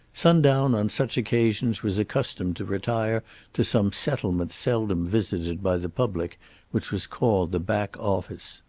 sundown on such occasions was accustomed to retire to some settlement seldom visited by the public which was called the back office.